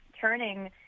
turning